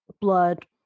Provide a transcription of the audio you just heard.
blood